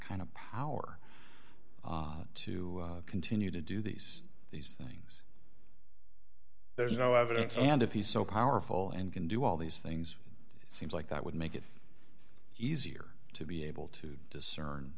kind of power to continue to do these these things there's no evidence and if he's so powerful and can do all these things it seems like that would make it easier to be able to discern